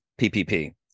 PPP